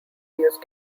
use